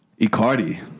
Icardi